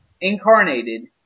incarnated